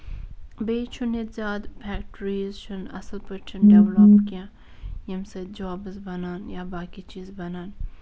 بیٚیہِ چھُنہٕ ییٚتہِ زیادٕ فیکٹریٖز چھُنہٕ ییٚتہِ اَصٕل پٲٹھۍ ییٚمہِ سۭتۍ جابٔز بَنان یا باقٕے چیٖز بَنان